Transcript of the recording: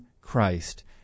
Christ